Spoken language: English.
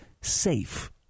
safe